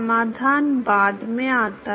समाधान बाद में आता है